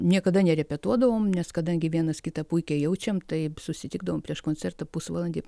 niekada nerepetuodavom nes kadangi vienas kitą puikiai jaučiam taip susitikdavom prieš koncertą pusvalandį